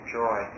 joy